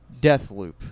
Deathloop